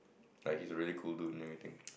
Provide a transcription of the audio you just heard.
like he's a really cool dude and everything